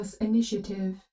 Initiative